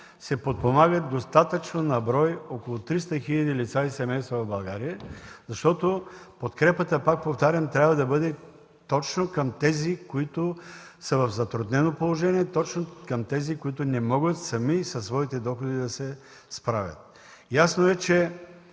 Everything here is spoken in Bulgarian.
се подпомагат достатъчно на брой – около 300 хиляди лица и семейства в България. Подкрепата, пак повтарям, трябва да бъде точно към тези, които са в затруднено положение, тези, които не могат сами със своите доходи да се справят. Ясно е, че